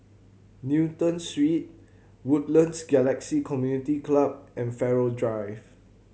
Newton Suite Woodlands Galaxy Community Club and Farrer Drive